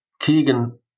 Keegan